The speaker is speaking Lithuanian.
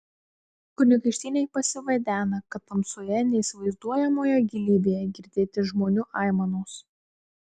kunigaikštienei pasivaidena kad tamsoje neįsivaizduojamoje gilybėje girdėti žmonių aimanos